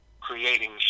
creating